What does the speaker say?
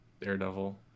daredevil